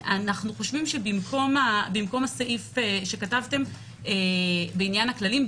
במקום הסעיף שכתבתם בעניין הכללים,